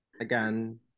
again